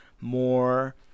more